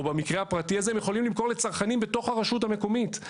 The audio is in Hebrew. או במקרה הפרטי הזה הם יכולים למכור לצרכנים בתוך הרשות המקומית.